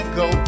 go